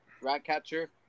Ratcatcher